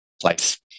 place